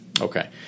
Okay